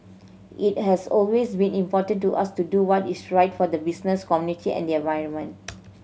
it has always been important to us to do what is right for the business community and the environment